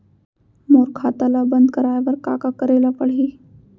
मोर खाता ल बन्द कराये बर का का करे ल पड़ही?